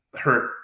hurt